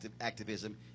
activism